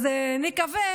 אז נקווה